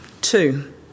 Two